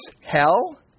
hell